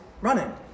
running